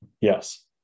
Yes